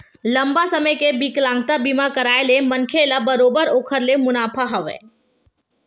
लंबा समे के बिकलांगता बीमा कारय ले मनखे ल बरोबर ओखर ले मुनाफा हवय